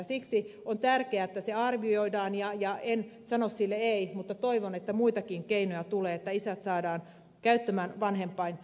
siksi on tärkeää että se arvioidaan ja en sano sille ei mutta toivon että muitakin keinoja tulee että isät saadaan käyttämään vanhempainvapaata